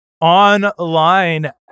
online